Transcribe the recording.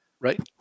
Right